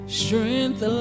strength